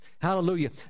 Hallelujah